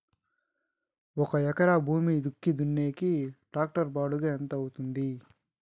ఒక ఎకరా భూమి దుక్కి దున్నేకి టాక్టర్ బాడుగ ఎంత అవుతుంది?